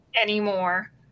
anymore